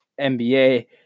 NBA